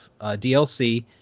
DLC